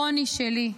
רוני שלי,